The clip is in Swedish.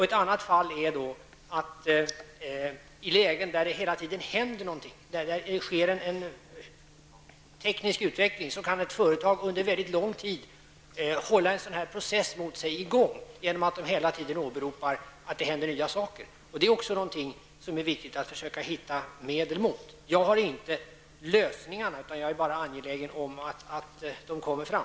Ett annat bekymmer är att i lägen där det hela tiden händer något, där det sker en teknisk utveckling, kan ett företag under mycket lång tid hålla en process mot sig i gång genom att hela tiden åberopa att nya saker sker. Det är viktigt att man försöker hitta medel mot detta. Jag har inte några lösningar utan jag är bara angelägen om att de kommer fram.